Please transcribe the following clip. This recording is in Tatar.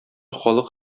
халык